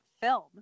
film